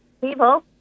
people